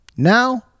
Now